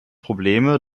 probleme